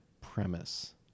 premise